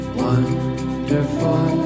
wonderful